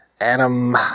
Adam